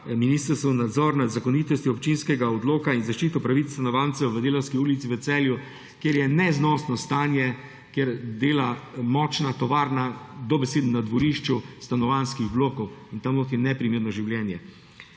ministrstvo poda nadzor nad zakonitostjo občinskega odloka in zaščito pravic stanovalcev v Delavski ulici v Celju, kjer je neznosno stanje, kjer dela močna tovarna dobesedno na dvorišču stanovanjskih blokov, in tam notri je neprimerno za življenje.